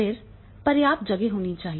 फिर पर्याप्त जगह होनी चाहिए